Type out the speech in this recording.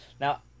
Now